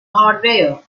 hardware